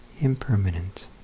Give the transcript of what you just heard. Impermanent